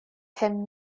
him